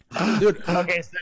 Okay